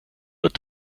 wird